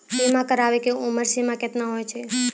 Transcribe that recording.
बीमा कराबै के उमर सीमा केतना होय छै?